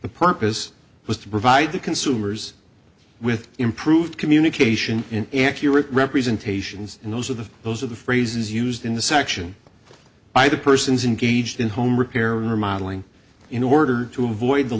the purpose was to provide the consumers with improved communication and accurate representations and those are the those are the phrases used in the section by the persons engaged in home repair remodeling in order to avoid the